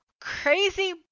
crazy